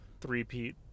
three-peat